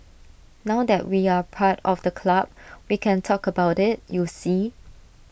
now that we're part of the club we can talk about IT you see